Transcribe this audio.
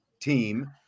team